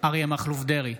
אריה מכלוף דרעי,